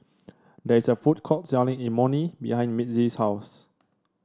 there is a food court selling Imoni behind Mitzi's house